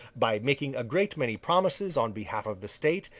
by making a great many promises on behalf of the state,